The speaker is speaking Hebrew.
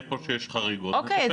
איפה שיש חריגות --- אוקיי,